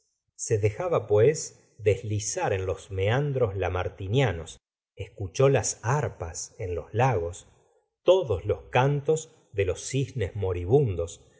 se dejaba pues deslizar en los meandros lamartinianos escuchó las harpas en los lagos todos los cantos de los cisnes moribundos